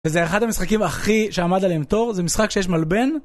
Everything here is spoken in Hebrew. וזה אחד המשחקים הכי שעמד עליהם טוב, זה משחק שיש מלבן